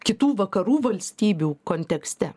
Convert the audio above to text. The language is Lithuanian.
kitų vakarų valstybių kontekste